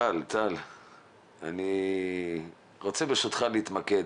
--- אני רוצה ברשותך להתמקד.